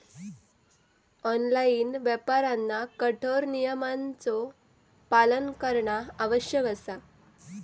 online व्यापाऱ्यांना कठोर नियमांचो पालन करणा आवश्यक असा